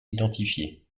identifié